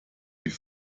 wie